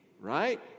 right